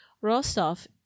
Rostov